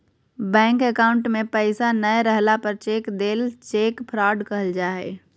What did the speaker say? bank account में पैसा नय रहला पर चेक देल चेक फ्रॉड कहल जा हइ